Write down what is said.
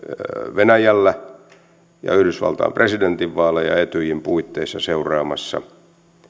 venäjällä ja yhdysvaltain presidentinvaaleja etyjin puitteissa seuraamassa